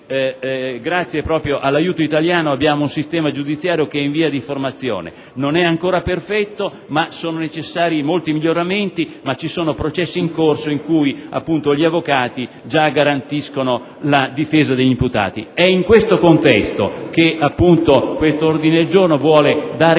grazie all'aiuto italiano siamo di fronte ad un sistema giudiziario in via di formazione; non è ancora perfetto, sono necessari molti miglioramenti, ma sono in corso processi in cui gli avvocati già garantiscono la difesa degli imputati. È in questo contesto che l'ordine del giorno G1 intende